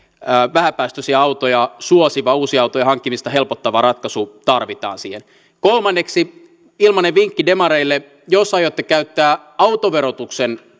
vähäpäästöisiä autoja suosiva uusien autojen hankkimista helpottava ratkaisu tarvitaan siihen kolmanneksi ilmainen vinkki demareille jos aiotte käyttää autoverotuksen